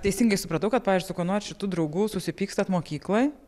teisingai supratau kad pavyzdžiui su kuo nors iš šitų draugų susipykstat mokykloj